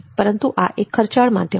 પરંતુ આ એક ખર્ચાળ માધ્યમ છે